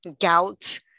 gout